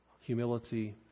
Humility